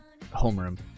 homeroom